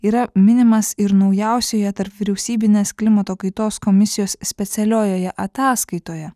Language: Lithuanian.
yra minimas ir naujausioje tarpvyriausybinės klimato kaitos komisijos specialiojoje ataskaitoje